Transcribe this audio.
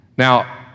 Now